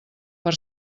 per